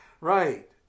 Right